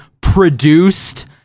produced